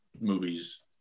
movies